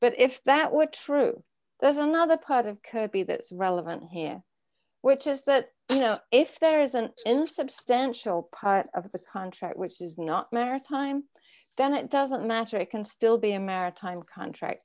but if that were true there's another part of could be that's relevant here which is that you know if there isn't enough substantial part of the contract which is not maritime then it doesn't matter it can still be a maritime contract